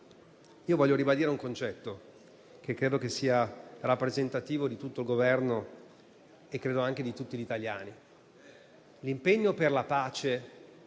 Voglio ribadire un concetto che credo sia rappresentativo del Governo e anche di tutti gli italiani: l'impegno per la pace